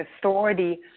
authority